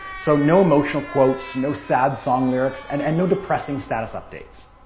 so no emotional quotes, no sad song lyrics, and and no depressing status updates.